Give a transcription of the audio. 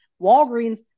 Walgreens